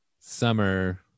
Summer